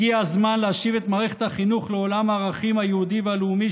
הגיע הזמן להשיב את מערכת החינוך לעולם הערכים היהודי והלאומי